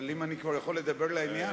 אבל אם אני כבר יכול לדבר לעניין,